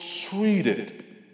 treated